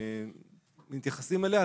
לעניין התגמול מתייחסים אליה,